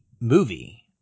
movie